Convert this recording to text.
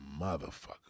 motherfucker